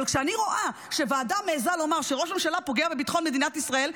אבל כשאני רואה שוועדה מעיזה לומר שראש ממשלה פוגע בביטחון מדינת ישראל,